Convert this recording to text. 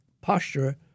posture